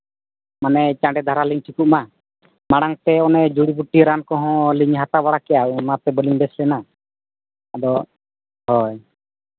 ᱢᱟᱱᱮ ᱪᱟᱰᱮ ᱫᱷᱟᱨᱟ ᱞᱤᱧ ᱴᱷᱤᱠᱚᱜ ᱢᱟ ᱢᱟᱲᱟᱝ ᱛᱮ ᱚᱱᱮ ᱡᱩᱲᱤ ᱵᱩᱴᱤ ᱨᱟᱱ ᱠᱚᱦᱚᱸ ᱞᱤᱧ ᱦᱟᱛᱟᱣ ᱵᱟᱲᱟ ᱠᱮᱫᱼᱟ ᱚᱱᱟᱛᱮ ᱵᱟᱹᱞᱤᱧ ᱵᱮᱥ ᱮᱱᱟ ᱟᱫᱚ ᱦᱳᱭ